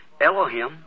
Elohim